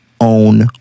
own